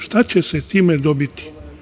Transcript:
Šta će se time dobiti?